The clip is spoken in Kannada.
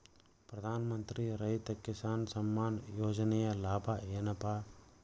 ಪ್ರಧಾನಮಂತ್ರಿ ರೈತ ಕಿಸಾನ್ ಸಮ್ಮಾನ ಯೋಜನೆಯ ಲಾಭ ಏನಪಾ?